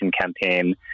campaign